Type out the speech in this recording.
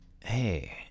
hey